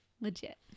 legit